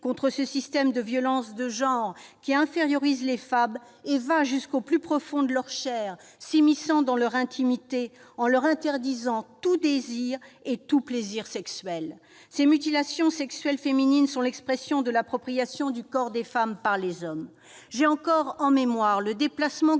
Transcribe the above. contre ce système de violences de genre qui infériorise les femmes et va jusqu'au plus profond de leur chair, s'immisçant dans leur intimité en leur interdisant tout désir et tout plaisir sexuels. Ces mutilations sexuelles féminines sont l'expression de l'appropriation du corps des femmes par les hommes. J'ai encore en mémoire le déplacement que